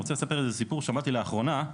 אני רוצה לספר איזה סיפור ששמעתי לאחרונה,